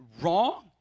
wrong